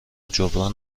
جبران